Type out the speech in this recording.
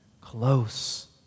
close